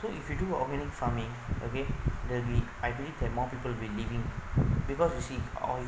so if you do organic farming okay the re~ I agree that there will be more people will living because you see on